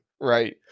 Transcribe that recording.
right